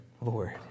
Lord